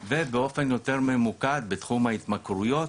ובאופן יותר ממוקד בתחום ההתמכרויות,